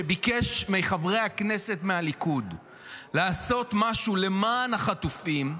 שביקש מחברי הכנסת מהליכוד לעשות משהו למען החטופים,